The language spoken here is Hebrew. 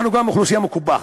אנחנו גם אוכלוסייה מקופחת.